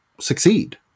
succeed